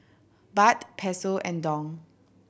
Baht Peso and Dong